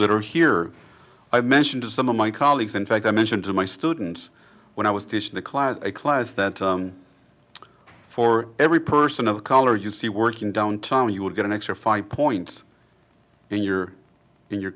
that are here i mentioned to some of my colleagues in fact i mentioned to my students when i was teaching the class a class that for every person of color you see working downtown you would get an extra five points in your in your